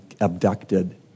abducted